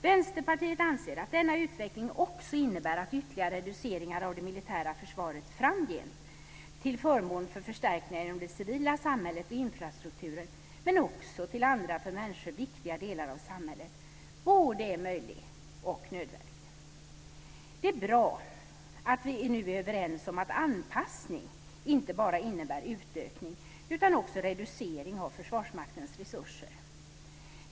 Vänsterpartiet anser att denna utveckling också innebär att ytterligare reduceringar av det militära försvaret till förmån för förstärkningar inom det civila samhället och infrastrukturen, men också till andra för människor viktiga delar av samhället, både är möjliga och nödvändiga. Det är bra att vi nu är överens om att anpassning inte bara innebär utökning utan också reducering av Försvarsmaktens resurser.